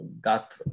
got